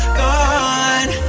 gone